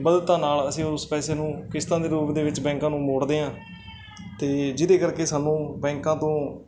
ਬਲ ਨਾਲ ਅਸੀਂ ਉਸ ਪੈਸੇ ਨੂੰ ਕਿਸ਼ਤਾਂ ਦੇ ਰੂਪ ਦੇ ਵਿੱਚ ਬੈਂਕਾਂ ਨੂੰ ਮੋੜਦੇ ਹਾਂ ਅਤੇ ਜਿਹਦੇ ਕਰਕੇ ਸਾਨੂੰ ਬੈਂਕਾਂ ਤੋਂ